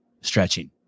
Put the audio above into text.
stretching